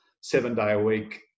seven-day-a-week